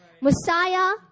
Messiah